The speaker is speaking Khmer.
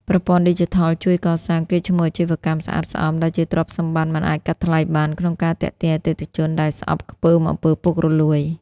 ប្រព័ន្ធឌីជីថលជួយកសាង "កេរ្តិ៍ឈ្មោះអាជីវកម្មស្អាតស្អំ" ដែលជាទ្រព្យសម្បត្តិមិនអាចកាត់ថ្លៃបាន ក្នុងការទាក់ទាញអតិថិជនដែលស្អប់ខ្ពើម អំពើពុករលួយ។